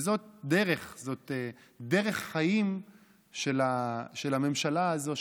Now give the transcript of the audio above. וזאת דרך חיים של הממשלה הזאת,